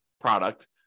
product